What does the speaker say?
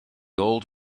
old